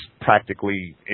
practically